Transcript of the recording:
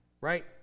Right